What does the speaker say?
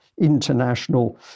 international